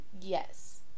Yes